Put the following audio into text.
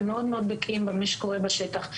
ומאוד בקיאים במה שקורה בשטח,